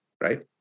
right